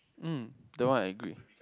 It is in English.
mm that one I agree